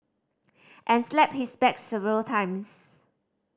and slapped his back several times